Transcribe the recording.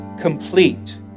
complete